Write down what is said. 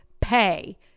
pay